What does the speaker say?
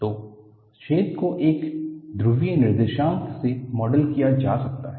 तो छेद को एक ध्रुवीय निर्देशांक से मॉडल किया जा सकता है